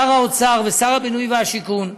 שר האוצר ושר הבינוי והשיכון,